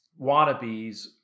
wannabes